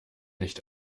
nicht